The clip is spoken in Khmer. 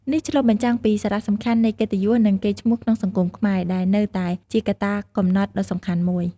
នេះឆ្លុះបញ្ចាំងពីសារៈសំខាន់នៃកិត្តិយស និងកេរ្តិ៍ឈ្មោះក្នុងសង្គមខ្មែរ ដែលនៅតែជាកត្តាកំណត់ដ៏សំខាន់មួយ។